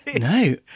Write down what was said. No